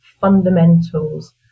fundamentals